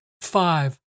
Five